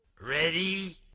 Ready